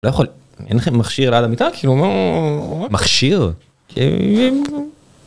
לא יכול... אין לכם מכשיר ליד המטה? כאילו מה... מכשיר? כן...